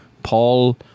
Paul